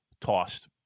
tossed